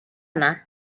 yna